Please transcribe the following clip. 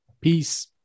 Peace